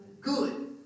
good